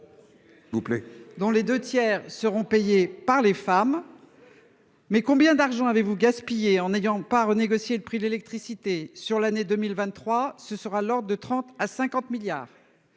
dans les 2 tiers seront payés par les femmes. Mais combien d'argent avez-vous gaspillé en ayant pas renégocier le prix de l'électricité sur l'année 2023 ce sera l'lors de 30 à 50 milliards.